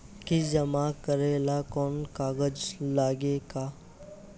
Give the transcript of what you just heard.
किस्त जमा करे ला कौनो कागज लागी का?